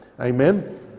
Amen